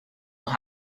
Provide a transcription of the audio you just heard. will